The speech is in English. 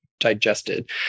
digested